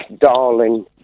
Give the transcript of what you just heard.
Darling